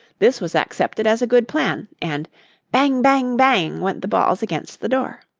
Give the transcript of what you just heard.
this was accepted as a good plan, and bang, bang, bang! went the balls against the door.